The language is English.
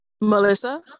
Melissa